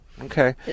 Okay